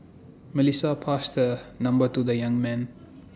Melissa passed her number to the young man